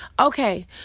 okay